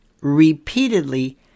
repeatedly